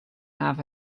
have